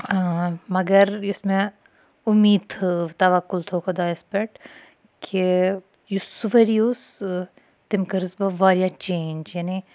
مَگَر یُس مےٚ اُمیٖد تھٲو تَوَکُل تھوو خۄدایَس پٮ۪ٹھ کہِ یُس سُہ ؤری اوس تٔمۍ کٔرِس بہٕ واریاہ چینٛج یعنے